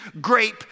grape